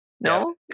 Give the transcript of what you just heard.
no